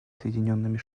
соединенными